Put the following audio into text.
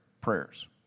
prayers